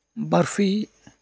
barfi